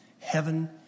Heaven